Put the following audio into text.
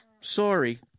Sorry